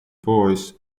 boys